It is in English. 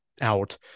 out